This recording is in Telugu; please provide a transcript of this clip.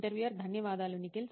ఇంటర్వ్యూయర్ ధన్యవాదాలు నిఖిల్